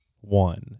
one